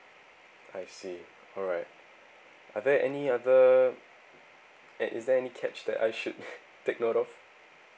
I see alright are there any other and is there any catch that I should take note of